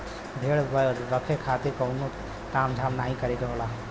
भेड़ रखे खातिर कउनो ताम झाम नाहीं करे के होला